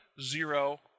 Zero